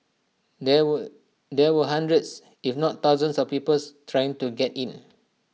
there were there were hundreds if not thousands of peoples trying to get in